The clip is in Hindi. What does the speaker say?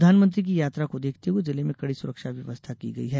प्रधानमंत्री की यात्रा को देखते हुए जिले में कड़ी सुरक्षा व्यवस्था की गई है